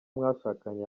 mwashakanye